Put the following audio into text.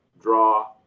draw